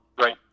Right